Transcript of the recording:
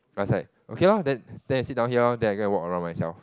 I was like okay lor then then you sit down here lor then I go and walk around myself